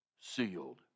sealed